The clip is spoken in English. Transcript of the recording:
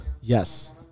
yes